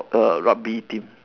err rugby team